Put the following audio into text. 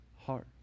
heart